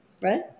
Right